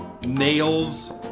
nails